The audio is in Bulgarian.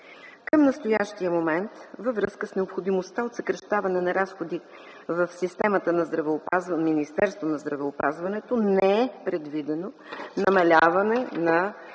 Към настоящия момент във връзка с необходимостта от съкращаване на разходи в системата на Министерството на здравеопазването не е предвидено намаляване на